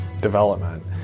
development